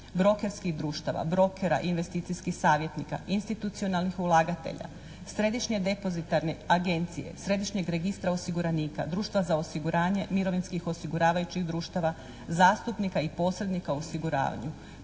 brokerskih društava, brokera i investicijskih savjetnika, institucionalnih ulagatelja, Središnje depozitarne agencije, Središnjeg registra osiguranika, Društva za osiguranje mirovinskih osiguravajućih društava, zastupnika i posrednika u osiguranju,